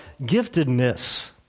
giftedness